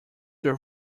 your